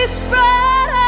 spread